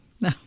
No